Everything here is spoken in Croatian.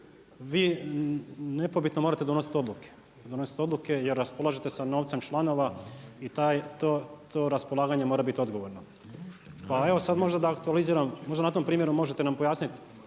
donositi odluke i donositi odluke jer raspolažete sa novcem članova i to raspolaganje mora biti odgovorno. Pa evo sada možda da aktualiziram, možda na tom primjeru možete nam pojasniti